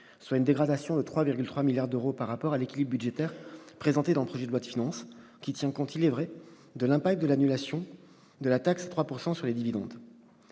soit une dégradation de 3,3 milliards d'euros par rapport à l'équilibre budgétaire présenté dans le projet de loi de finances, lequel tient compte, il est vrai, de l'impact de l'annulation de la taxe à 3 % sur les dividendes.